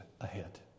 ahead